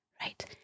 Right